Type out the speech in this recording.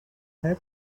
have